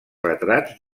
retrats